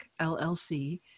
LLC